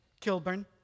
Kilburn